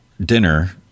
dinner